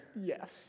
Yes